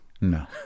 No